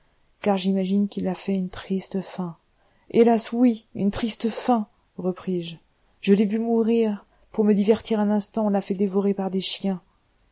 car j'imagine qu'il a fait une triste fin hélas oui une triste fin repris-je je l'ai vu mourir pour me divertir un instant on l'a fait dévorer par des chiens